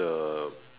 the